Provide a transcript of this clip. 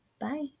Bye